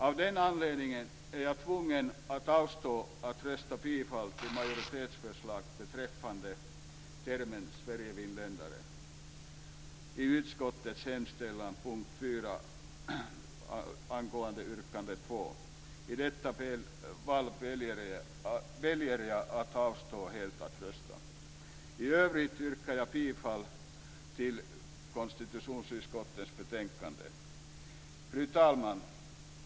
Av den anledningen är jag tvungen att avstå från att rösta bifall till majoritetens förslag beträffande termen sverigefinländare i utskottets hemställan punkt 4 angående yrkande 2. I detta fall väljer jag att helt avstå från att rösta. I övrigt yrkar jag bifall till konstitutionsutskottets hemställan i betänkande. Fru talman!